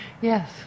Yes